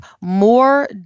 more